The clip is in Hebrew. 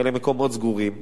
אלה מקומות סגורים שבהם,